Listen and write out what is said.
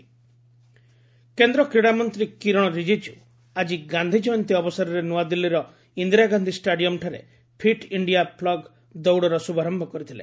fit India plog run କେନ୍ଦ୍ର କ୍ରୀଡ଼ାମନ୍ତ୍ରୀ କିରଣ ରିଜିଜ୍ଞ ଆଜି ଗାନ୍ଧି ଜୟନ୍ତୀ ଅବସରରେ ନୂଆଦିଲ୍ଲୀର ଇନ୍ଦିରା ଗାନ୍ଧି ଷ୍ଟାଡିୟମ୍ଠାରେ ଫିଟ୍ ଇଣ୍ଡିଆ ପୁଗ୍ ଦୌଡ଼ର ଶୁଭାରମ୍ଭ କରିଥିଲେ